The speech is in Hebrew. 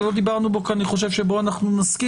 אבל לא דיברנו בו כי אני חושב שבו אנחנו נסכים,